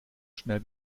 schnell